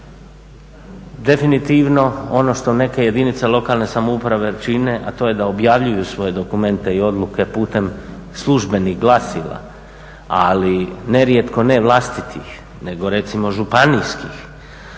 Definitivno ono što neke jedinice lokalne samouprave čine, a to je da objavljuju svoje dokumente i odluke putem službenih glasila, ali nerijetko ne vlastitih nego recimo županijskih,